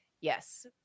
Yes